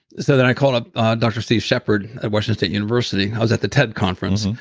so then i called up dr. steve shepherd at washington state university. i was at the ted conference.